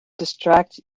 distract